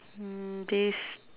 mm this